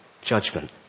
judgment